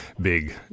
big